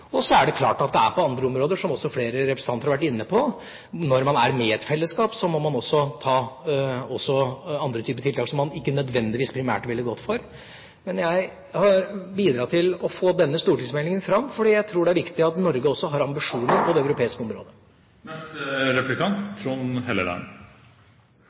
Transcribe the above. Og det er klart at det gjelder på andre områder, som også flere representanter har vært inne på. Når man er med i et fellesskap, må man ta også andre typer tiltak som man ikke nødvendigvis primært ville gått for. Men jeg har bidratt til å få denne stortingsmeldingen fram fordi jeg tror det er viktig at Norge også har ambisjoner på det europeiske området.